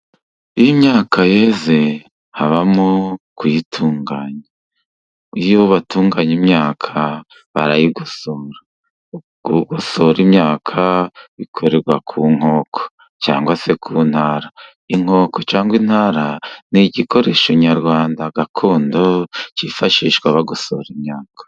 Iyo imyaka yeze habamo kuyitunganya. Iyo batunganya imyaka barayigosora. Kugosora imyaka bikorerwa ku nkoko cyangwa se ku ntara. Inkoko cyangwa intara ni igikoresho nyarwanda gakondo cyifashishwa bagosora imyaka.